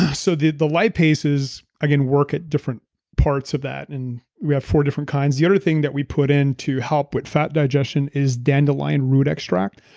so the the lipase again, work at different parts of that and we have four different kinds. the other thing that we put in to help with fat digestion is dandelion root extract,